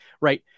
right